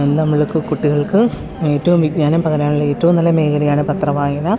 നമ്മൾക്ക് കുട്ടികൾക്ക് ഏറ്റവും വിജ്ഞാനം പകരാനും ഏറ്റവും നല്ല മേഖലയാണ് പത്രം വായന